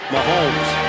Mahomes